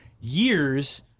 years